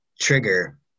trigger